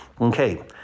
Okay